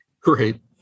Great